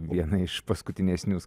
vieną iš paskutinesnių